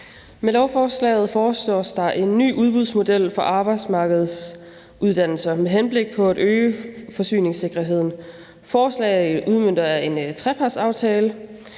Med lovforslaget foreslås der en ny udbudsmodel for arbejdsmarkedsuddannelser med henblik på at øge forsyningssikkerheden. Forslaget udmønter en trepartsaftale,